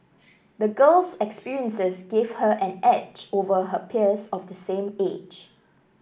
the girl's experiences gave her an edge over her peers of the same age